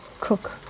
cook